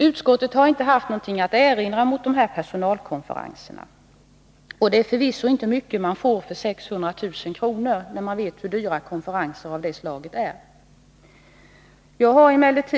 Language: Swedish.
Utskottet har inte haft något att erinra mot personalkonferenserna. Förvisso får man inte mycket för 600 000 kr. — detta sagt med tanke på hur dyrt det är att anordna konferenser av det slaget.